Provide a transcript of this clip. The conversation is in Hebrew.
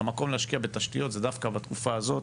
הזמן להשקיע בתשתיות הוא דווקא בתקופה הזאת.